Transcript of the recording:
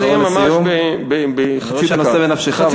אני מסיים בחצי דקה.